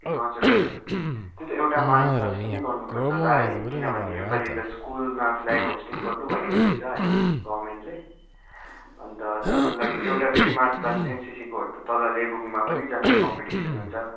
हजुर हजुर त्यही त एउटा मार्चपास्ट पनि गर्नुपर्छ होला है किनभने यो पाली त स्कुलमा फ्ल्याग होस्टिङ गर्नु भनेको रहेछ होइन गभर्नमेन्टले अन्त त्यसको लागि एउटा फेरि मार्चपास्ट एनसिसीकोहरू त तल लेबुङमा पनि जान्छ कम्पिटिसन हुन्छ